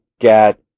get